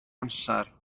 amser